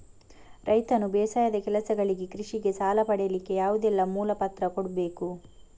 ರೈತನು ಬೇಸಾಯದ ಕೆಲಸಗಳಿಗೆ, ಕೃಷಿಗೆ ಸಾಲ ಪಡಿಲಿಕ್ಕೆ ಯಾವುದೆಲ್ಲ ಮೂಲ ಪತ್ರ ಕೊಡ್ಬೇಕು?